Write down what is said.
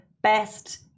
best